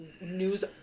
news